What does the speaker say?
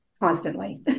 constantly